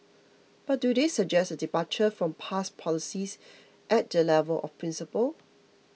but do they suggest a departure from past policies at the level of principle